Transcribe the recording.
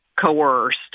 coerced